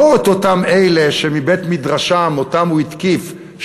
לא את אותם אלה שמבית-מדרשם, שאותם הוא התקיף,